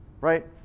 right